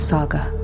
Saga